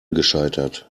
gescheitert